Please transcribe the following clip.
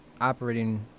operating